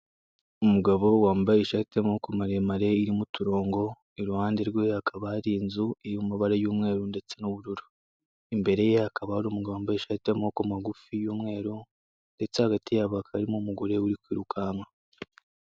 Umugabo wambaye ishati y'amaboko maremare irimo uturongo, iruhande rwe akaba hari inzu iri mu mabara y'umweru ndetse n'ubururu, imbere ye hakaba hari umugabo wambaye ishati y'amaboko magufi y'umweru ndetse hagati yabo hakaba hari umugore uri kwirukanka.